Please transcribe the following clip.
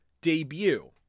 debut